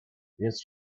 więc